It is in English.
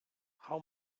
how